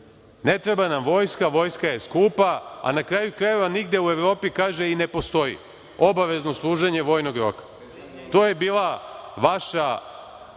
ne treba nam vojska, vojska je skupa, a na kraju krajeva, nigde u Evropi, kaže, i ne postoji obavezno služenje vojnog roka. To je bilo vaše